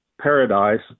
paradise